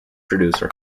producer